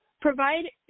provide